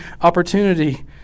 opportunity